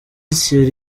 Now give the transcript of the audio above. thierry